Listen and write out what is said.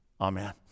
Amen